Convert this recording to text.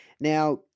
Now